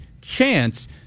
chance